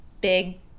big